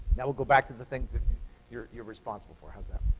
now we'll go back to the things that you're you're responsible for. how's that?